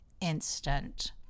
instant